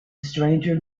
stranger